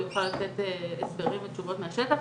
הוא יוכל לתת הסברים ותשובות מהשטח,